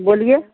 बोलिए